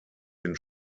den